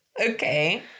Okay